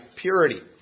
purity